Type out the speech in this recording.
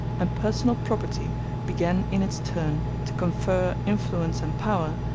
and personal property began in its turn to confer influence and power,